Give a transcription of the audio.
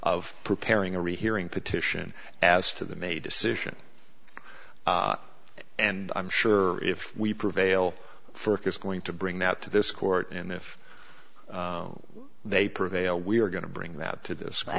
of preparing a rehearing petition as to the may decision and i'm sure if we prevail for it's going to bring that to this court and if they prevail we are going to bring that to this i